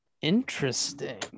Interesting